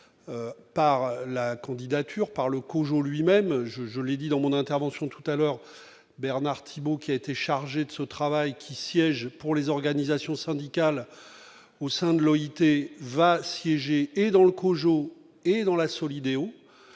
par la candidature par le coup jour lui-même je, je l'ai dit dans mon intervention tout à l'heure Bernard Thibault qui a été chargé de ce travail, qui siège pour les organisations syndicales au sein de l'OIT, va siéger et dans le COJO et dans la Solideo,